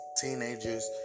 teenagers